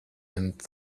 and